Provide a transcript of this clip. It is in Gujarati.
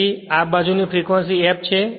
તેથી આ બાજુની ફ્રેક્વંસી f છે